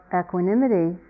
equanimity